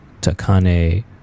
Takane